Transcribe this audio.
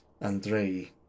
Andrei